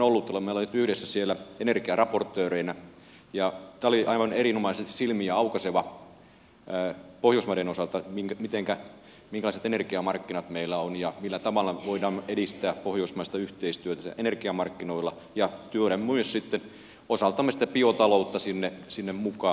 olemme olleet yhdessä siellä energiaraportööreina ja tämä oli aivan erinomaisesti silmiä aukaisevaa pohjoismaiden osalta minkälaiset energiamarkkinat meillä on ja millä tavalla me voimme edistää pohjoismaista yhteistyötä energiamarkkinoilla ja tuoda myös sitten osaltamme sitä biotaloutta sinne mukaan ja matkaan